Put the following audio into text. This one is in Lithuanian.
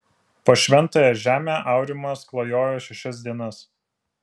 po šventąją žemę aurimas klajojo šešias dienas